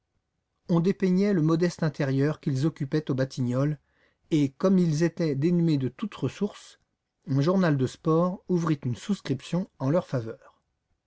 on dépeignait le modeste intérieur qu'ils occupaient aux batignolles et comme ils étaient dénués de toutes ressources un journal de sport ouvrit une souscription en leur faveur